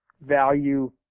value